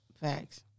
Facts